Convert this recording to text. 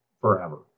forever